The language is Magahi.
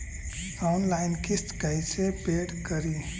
ऑनलाइन किस्त कैसे पेड करि?